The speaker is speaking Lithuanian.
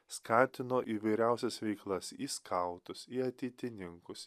skatino įvairiausias veiklas į skautus į ateitininkus